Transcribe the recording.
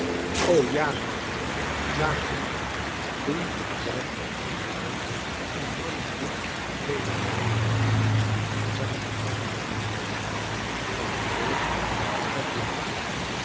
o ja mama zamen toen ging zij bij hem zitten en nam het boek weder op en begon langzaam de fabel te lezen van de wolf en het lammetje